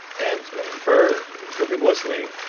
and for for people listening,